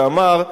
ואמר: